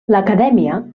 l’acadèmia